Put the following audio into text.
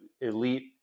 elite